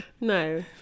No